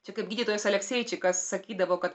čia kaip gydytojas alekseičikas sakydavo kad